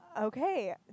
Okay